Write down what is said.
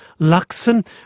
Luxon